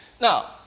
Now